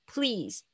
Please